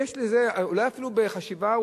אולי אפילו בחשיבה,